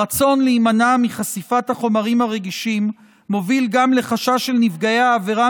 הרצון להימנע מחשיפת החומרים הרגישים מוביל גם לחשש של נפגעי העבירה